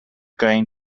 going